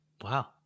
Wow